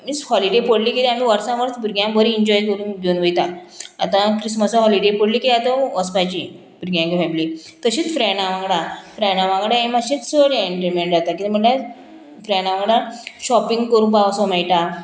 means holiday पोडली की आमी वोर्सां वोर्स भुरग्यांक बरीं एन्जॉय करूंक घेवन वयता आतां क्रिस्मसा हॉलीडे पडली की आतां वोचपाचीं भुरग्यांक घेवन फेमिली तशीच फ्रेंडां वांगडा फ्रेंडां वांगडा हे मातशें चड एनटरटेन्मेंट जाता कित्याक म्हणल्यार फ्रेंडां वांगडा शॉपिंग कोरपा वोसों मेळटा